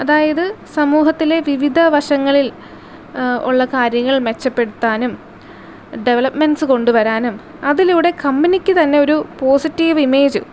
അതായത് സമൂഹത്തിലെ വിവിധ വശങ്ങളിൽ ഉള്ള കാര്യങ്ങൾ മെച്ചപ്പെടുത്താനും ഡെവലപ്മെൻറ്റ്സ് കൊണ്ട് വരാനും അതിലൂടെ കമ്പനിക്ക് തന്നെ ഒരു പോസിറ്റീവ് ഇമേജ്